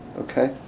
Okay